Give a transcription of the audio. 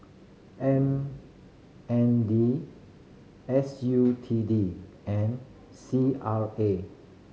M N D S U T D and C R A